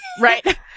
Right